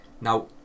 Now